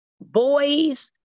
Boys